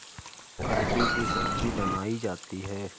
अरबी की सब्जी बनायीं जाती है